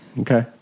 Okay